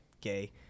Gay